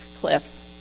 Cliffs